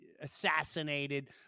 assassinated